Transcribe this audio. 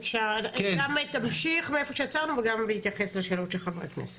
עכשיו תמשיך מאיפה שעצרנו וגם בהתייחס לשאלות של חברי הכנסת.